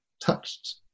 touched